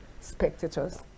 spectators